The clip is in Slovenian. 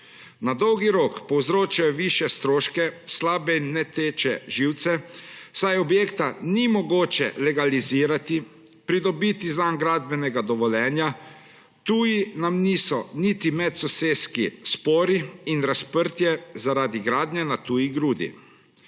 Na dolgi rok povzročajo višje stroške, slabe in načete živce, saj objekta ni mogoče legalizirati, pridobiti zanj gradbenega dovoljenja, tuji nam niso niti medsosedski spori in razprtije zaradi gradnje na tuji grudi.